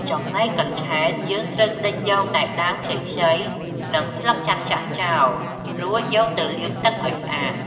ចំណែកកញ្ឆែតយើងត្រូវក្តិចយកតែដើមខ្ចីៗ និងស្លឹកចាស់ៗចោល រួចយកទៅលាងទឹកឲ្យស្អាត។